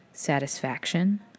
Satisfaction